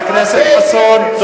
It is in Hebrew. מתי, חבר הכנסת חסון.